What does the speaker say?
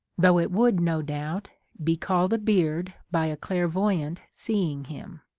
though it would, no doubt, be called a beard by a clairvoyant seeing him.